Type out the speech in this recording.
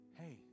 hey